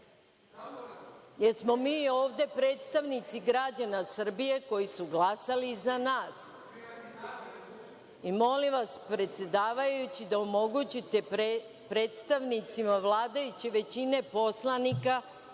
smo mi ovde predstavnici građana Srbije koji su glasali za nas. Molim vas, predsedavajući, da omogućite predstavnicima vladajuće većine poslanika,